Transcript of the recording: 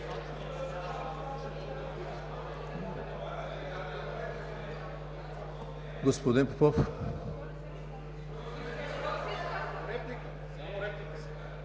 господин Попов.